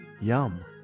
Yum